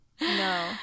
No